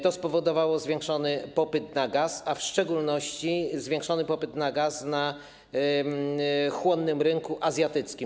To spowodowało zwiększony popyt na gaz, a w szczególności zwiększony popyt na gaz na chłonnym rynku azjatyckim.